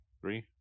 three